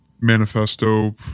manifesto